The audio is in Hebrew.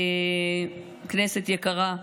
כנסת יקרה,